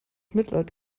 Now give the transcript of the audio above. mitleid